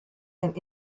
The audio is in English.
and